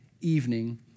evening